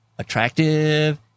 attractive